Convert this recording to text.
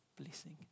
blessing